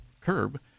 curb